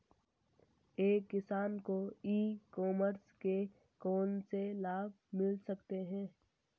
एक किसान को ई कॉमर्स के कौनसे लाभ मिल सकते हैं?